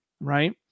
right